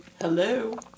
Hello